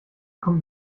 kommt